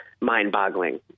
mind-boggling